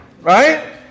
Right